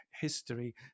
history